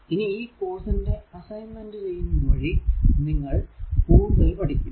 ഇനി ഈ കോഴ്സിന്റെ അസൈൻമെന്റ് ചെയ്യുന്നത് വഴി നിങ്ങൾ നിങ്ങൾ കൂടുതൽ പഠിക്കും